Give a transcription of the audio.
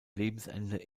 lebensende